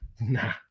Nah